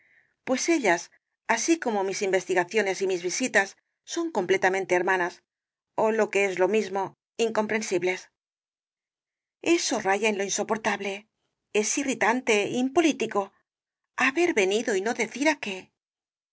pues ellas así como mis investigaciones y mis visitas son completamente hermanas ó lo que es lo mismo incomprensibles eso raya en lo insoportable es irritante impolítico haber venido y no decir á qué